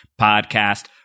podcast